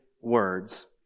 words